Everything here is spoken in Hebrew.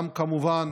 גם כמובן